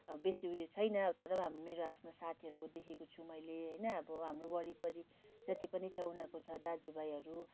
अब बेसी उयो छैन अब तर अब मेरो आफ्नो साथीहरूको देखेको छु मैले होइन अब हाम्रो वरिपरि जति पनि छ उनीहरूको छ दाजु भाइहरू